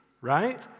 right